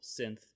Synth